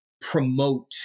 promote